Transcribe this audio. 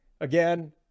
again